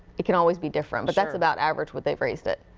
it can always be different, but that's about average what they've raised it.